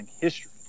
history